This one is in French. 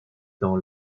dans